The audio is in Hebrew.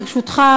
ברשותך,